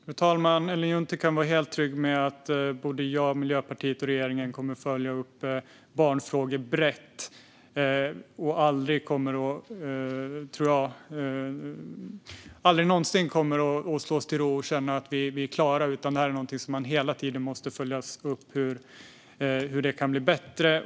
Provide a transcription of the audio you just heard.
Fru talman! Ellen Juntti kan vara helt trygg med att jag, Miljöpartiet och regeringen kommer att följa upp barnfrågor brett. Vi kommer aldrig någonsin att slå oss till ro och känna att vi är klara, utan det måste hela tiden följas upp hur detta kan bli bättre.